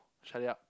shut it up